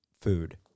food